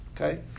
Okay